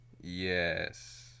Yes